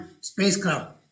spacecraft